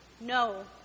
No